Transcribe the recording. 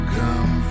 come